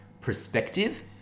perspective